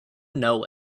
know